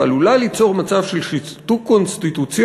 ועלולה ליצור מצב של שיתוק קונסטיטוציוני